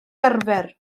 arfer